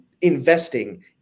investing